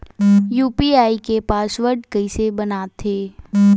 UPI के password कइसे बनाथे?